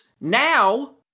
now